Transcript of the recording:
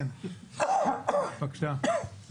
בבקשה.